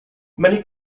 many